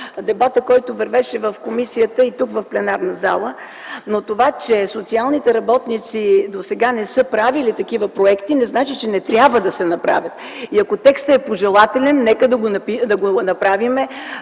дебата, който вървеше в комисията, и тук в пленарната зала. Но това, че социалните работници досега не са правили такива проекти, не значи, че не трябва да се направят. Ако текстът е пожелателен, нека да го направим